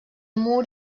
mur